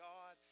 God